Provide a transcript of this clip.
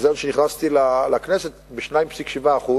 כשנכנסתי לכנסת, ב-2.7%,